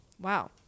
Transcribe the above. Wow